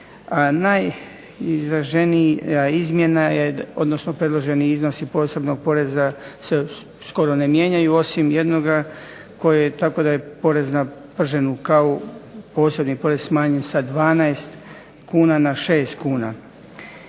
A najizraženija izmjena je, odnosno predloženi iznosi posebnog poreza se skoro ne mijenjaju osim jednoga koji je tako da je porez na prženu kavu posebni porez smanjen sa 12 kuna na 6 kuna.